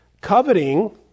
Coveting